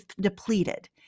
depleted